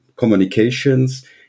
communications